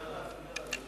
אפשר להפריע לאדוני?